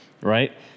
right